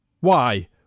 Why